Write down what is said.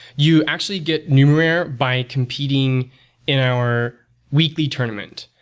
you actually get numerair by competing in our weekly tournament,